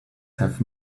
have